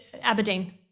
Aberdeen